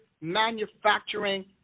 manufacturing